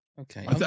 Okay